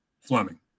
Fleming